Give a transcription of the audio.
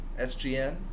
SGN